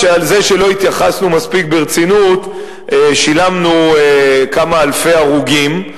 על זה שלא התייחסנו מספיק ברצינות שילמנו בכמה אלפי הרוגים,